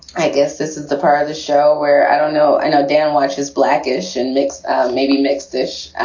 i guess this is the part of the show where i don't know i know dad watches black ish and mixed maybe mixed ish.